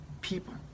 people